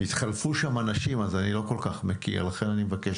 התחלפו שם אנשים אז אני לא מכיר, לכן אני מבקש.